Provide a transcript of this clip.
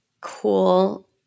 cool